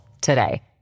today